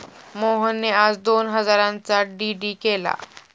मोहनने आज दोन हजारांचा डी.डी केला